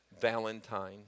Valentine